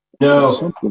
No